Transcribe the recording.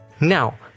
Now